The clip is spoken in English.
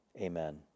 amen